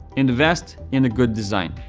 invest in a good design.